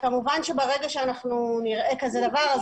וברגע שאנחנו נראה כזה דבר,